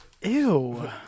Ew